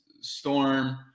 storm